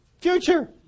Future